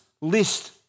list